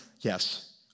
Yes